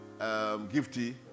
Gifty